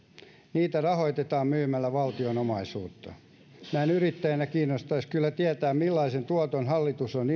niitä rahoitetaan myymällä valtion omaisuutta näin yrittäjänä kiinnostaisi kyllä tietää millaisen tuoton hallitus on